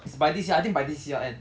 it's by this year I think by this year end